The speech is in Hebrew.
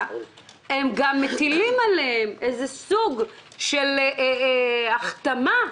אלא גם מטילים עליהם איזה סוג של החתמה,